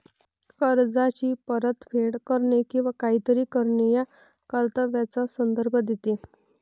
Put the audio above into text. कर्जाची परतफेड करणे किंवा काहीतरी करणे या कर्तव्याचा संदर्भ देते